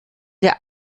der